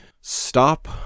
stop